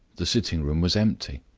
the sitting-room was empty.